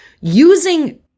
using-